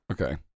Okay